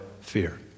fear